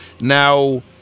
Now